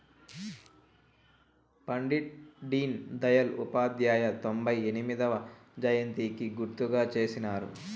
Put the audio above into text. పండిట్ డీన్ దయల్ ఉపాధ్యాయ తొంభై ఎనిమొదవ జయంతికి గుర్తుగా చేసినారు